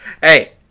Hey